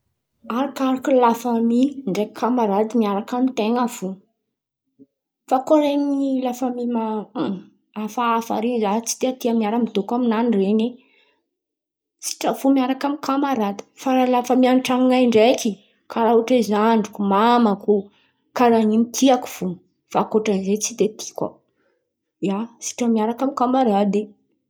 Arakaraka la famia ndraiky kamarady miaraka amin-ten̈a fo. Fa koa ren̈y la famia hafahafa ren̈y fa tsy de tia miara-midôko aminan̈y ren̈y. Sitrany fo miaraka amy kamarady. Fa la famia an-tran̈o ndraiky, karà ohatra hoe: zandriko, mamako, karà in̈y tiako fo. Fa ankoatran’izen̈y tsy de tiako, ia. Sitrany miaraka amy kamarady.